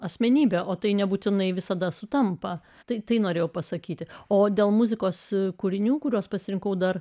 asmenybę o tai nebūtinai visada sutampa tai norėjau pasakyti o dėl muzikos kūrinių kuriuos pasirinkau dar